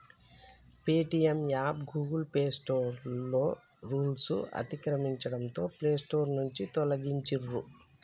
Paytm app Google play store రూల్స్ను అతిక్రమించడంతో play store నుంచి తొలగించిర్రు